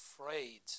afraid